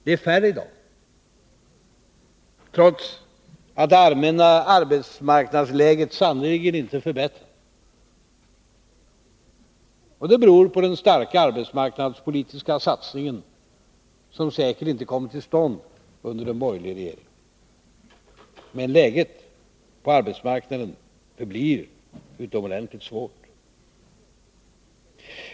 De är färre i dag, trots att det allmänna arbetsmarknadsläget sannerligen inte förbättrats. Det beror på den starka arbetsmarknadspolitiska satsningen, som säkert inte kommit till stånd under en borgerlig regering. Men läget på arbetsmarknaden förblir utomordentligt svårt.